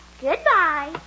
Goodbye